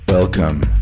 Welcome